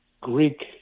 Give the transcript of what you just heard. Greek